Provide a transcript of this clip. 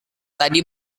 tadi